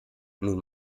nun